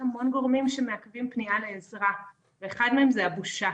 המון גורמים שמעכבים פנייה לעזרה ואחד מהם זה הבושה.